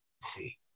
see